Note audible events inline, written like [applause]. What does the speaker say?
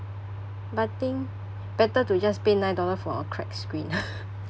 but think better to just pay nine dollar for a cracked screen [laughs]